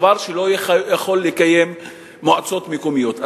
דבר שלא יכול לקיים מועצות מקומיות.